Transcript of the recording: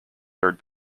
third